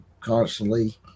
constantly